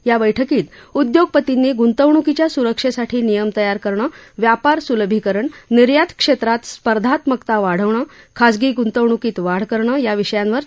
या बैठकीत उदयोगपतींनी गृंतवणुकीच्या स्रक्षष्णाठी नियम तयार करणं व्यापार स्लभीकरण निर्यात क्षाश्वात स्पर्धात्मकता वाढवणा़ खाजगी ग्ंतवणूकीत वाढ करणं याविषयांवर चर्चा काली